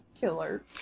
killer